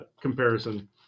comparison